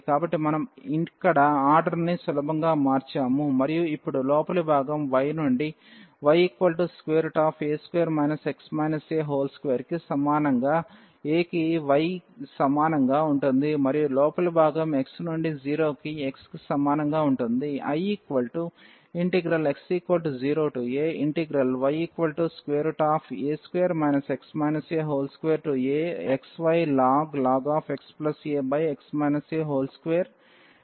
కాబట్టి మనం ఇక్కడ ఆర్డర్ను సులభంగా మార్చాము మరియు ఇప్పుడు లోపలి భాగం y నుండి ya2 x a2 కి సమానంగా a కి y సమానంగా ఉంటుంది మరియు లోపలి భాగం x నుండి 0 కి x కి సమానంగా ఉంటుంది